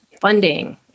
funding